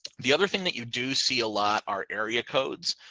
the other thing that you do see a lot are area codes.